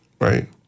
Right